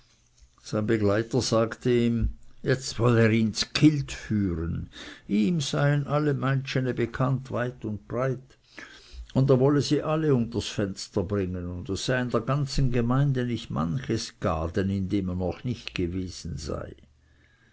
sein begleiter sagte ihm jetzt wolle er ihn zkilt führen ihm seien alle meitscheni bekannt weit und breit und er wolle sie alle unters fenster bringen und es sei in der ganzen gemeinde nicht manches gaden in dem er noch nicht gewesen sei